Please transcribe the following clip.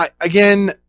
again